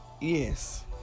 Yes